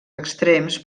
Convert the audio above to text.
extrems